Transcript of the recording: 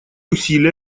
усилия